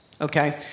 okay